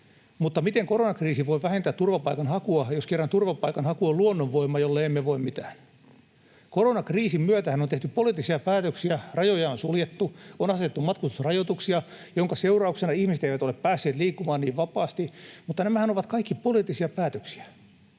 mutta miten koronakriisi voi vähentää turvapaikanhakua, jos kerran turvapaikanhaku on luonnonvoima, jolle emme voi mitään? Koronakriisin myötähän on tehty poliittisia päätöksiä: rajoja on suljettu, on asetettu matkustusrajoituksia, minkä seurauksena ihmiset eivät ole päässeet liikkumaan niin vapaasti. Nämähän ovat kaikki poliittisia päätöksiä,